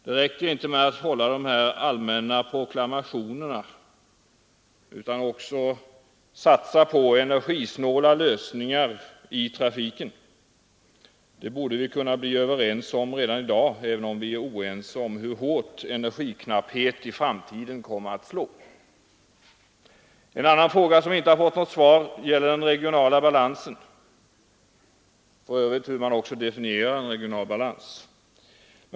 Det räcker inte med de allmänt hållna proklamationerna, utan man måste också satsa på energisnåla lösningar i trafiken. Det borde vi kunna bli överens om redan i dag, även om vi är oense om hur hårt energiknappheten kommer att slå i framtiden. Ett annat problem som inte har fått något svar är den Tegionala balansen — ett begrepp som för övrigt bör definieras.